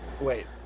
Wait